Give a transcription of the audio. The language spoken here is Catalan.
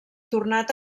tornat